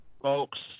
folks